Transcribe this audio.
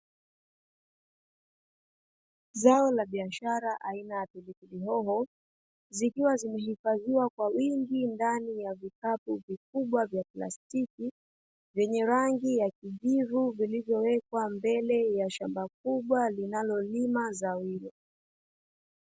Zao la biashara aina ya pilipili hoho, zikiwa zimehifadhiwa kwa wingi ndani ya vikapu vikubwa vya plastiki, vyenye rangi ya kijivu vilivyowekwa mbele ya shamba kubwa linalolima zao hilo.